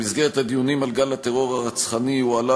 במסגרת הדיונים על גל הטרור הרצחני הועלה